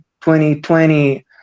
2020